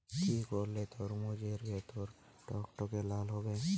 কি করলে তরমুজ এর ভেতর টকটকে লাল হবে?